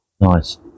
Nice